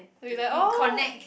we like oh